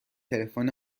تلفن